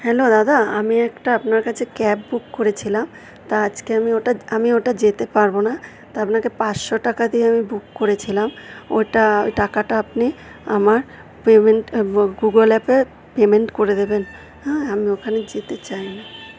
hello দাদা আমি একটা আপনার কাছে ক্যাব বুক করেছিলাম তা আজকে আমি ওটা আমি ওটা যেতে পারব না তা আপনাকে পাঁসশো টাকা দিয়ে আমি বুক করেছিলাম ওটা ওই টাকাটা আপনি আমার পেমেন্ট গুগুল অ্যাপে পেমেন্ট করে দেবেন হ্যাঁ আমি ওখানে যেতে চাই না